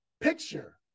picture